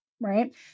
Right